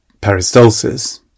peristalsis